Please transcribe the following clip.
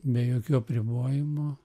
be jokių apribojimų